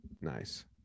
nice